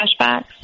flashbacks